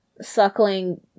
suckling